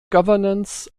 governance